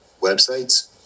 websites